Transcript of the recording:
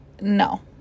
no